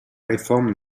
réforme